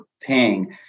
paying